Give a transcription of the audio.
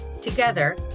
Together